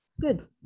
Good